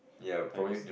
times